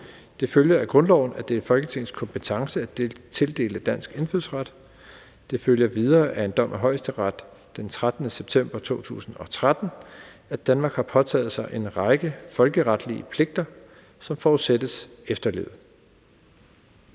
Det følger af grundloven, at det er Folketingets kompetence at tildele dansk indfødsret. Det følger videre af en dom fra Højesteret den 13. september 2013, at Danmark har påtaget sig en række folkeretlige pligter, som forudsættes efterlevet«.